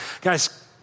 guys